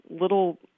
little